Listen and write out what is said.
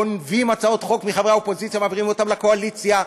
גונבים הצעות חוק מחברי האופוזיציה ומעבירים אותן לקואליציה,